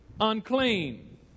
unclean